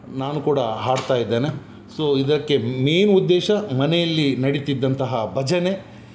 ನಾನು ಕೂಡ ಹಾಡ್ತಾ ಇದ್ದೇನೆ ಸೊ ಇದಕ್ಕೆ ಮೇನ್ ಉದ್ದೇಶ ಮನೆಯಲ್ಲಿ ನಡಿತಿದ್ದಂತಹ ಭಜನೆ